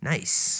Nice